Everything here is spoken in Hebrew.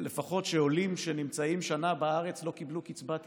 לפחות: עולים שנמצאים שנה בארץ לא קיבלו קצבת ילדים,